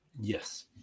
Yes